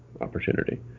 opportunity